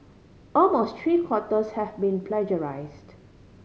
almost three quarters have been plagiarised